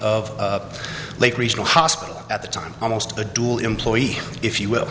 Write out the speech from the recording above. of lake regional hospital at the time almost a dual employee if you will